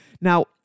Now